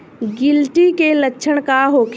गिलटी के लक्षण का होखे?